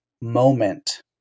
moment